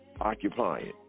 occupying